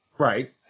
Right